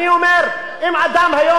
אני אומר: אם אדם היום,